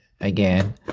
again